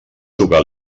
tocar